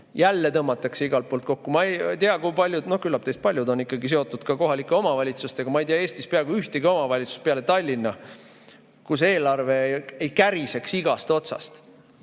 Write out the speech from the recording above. Jälle tõmmatakse igalt poolt kokku. Ma ei tea, kui paljud teist – no küllap paljud – on seotud kohalike omavalitsustega. Ma ei tea Eestis peaaegu ühtegi omavalitsust peale Tallinna, kus eelarve ei käriseks igast otsast.